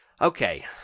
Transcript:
Okay